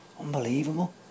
Unbelievable